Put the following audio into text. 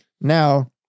Now